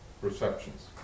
perceptions